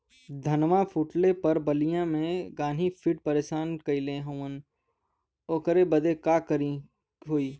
धनवा फूटले पर बलिया में गान्ही कीट परेशान कइले हवन ओकरे बदे का करे होई?